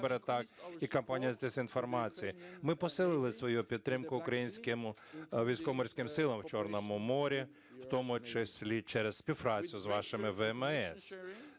Ми посилили свою підтримку українським Військово-Морським Силам в Чорному морі, в тому числі через співпрацю з вашими ВМС